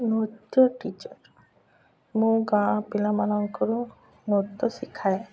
ନୃତ୍ୟ ଟିଚର ମୁଁ ଗାଁ ପିଲାମାନଙ୍କର ନୃତ୍ୟ ଶିଖାଏ